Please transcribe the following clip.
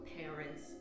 parents